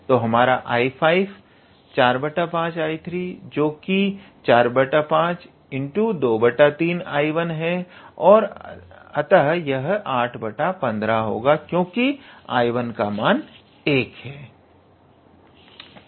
तो हमारा 𝐼5 45 𝐼3 जो कि 45 23𝐼1 है अतः यह 815 होगा क्योंकि 𝐼1 का मान 1 है